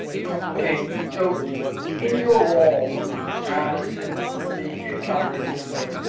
constable cane, so in your role as the calgary police service,